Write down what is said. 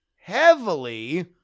heavily